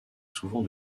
souvent